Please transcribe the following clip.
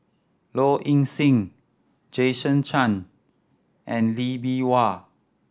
Low Ing Sing Jason Chan and Lee Bee Wah